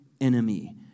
enemy